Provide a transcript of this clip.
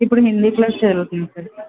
ఇప్పుడు హిందీ క్లాస్ జరుగుతుంది సార్